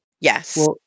yes